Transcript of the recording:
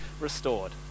restored